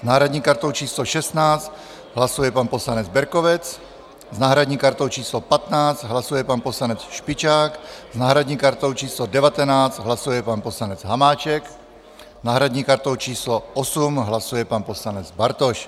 S náhradní kartou číslo 16 hlasuje pan poslanec Berkovec, s náhradní kartou číslo 15 hlasuje pan poslanec Špičák, s náhradní kartou číslo 19 hlasuje pan poslanec Hamáček, s náhradní kartou číslo 8 hlasuje pan poslanec Bartoš.